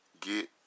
get